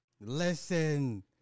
listen